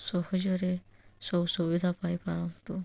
ସହଜରେ ସବୁ ସୁବିଧା ପାଇପାରନ୍ତୁ